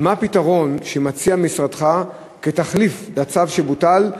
מה הפתרון שמציע משרדך כתחליף לצו שבוטל,